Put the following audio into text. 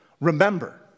Remember